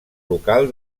local